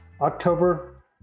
October